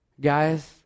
Guys